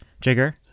Jigger